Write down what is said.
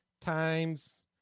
times